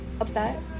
upset